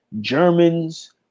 Germans